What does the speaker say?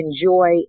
enjoy